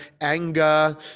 anger